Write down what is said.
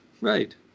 right